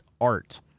art